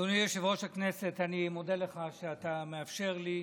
אדוני יושב-ראש הכנסת, אני מודה לך שאתה מאפשר לי.